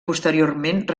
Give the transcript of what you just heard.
posteriorment